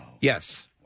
Yes